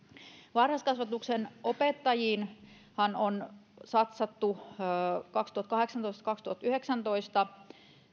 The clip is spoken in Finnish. varhaiskasvatuksen opettajiinhan satsataan on satsattu osaltaan jo kaksituhattakahdeksantoista ja kaksituhattayhdeksäntoista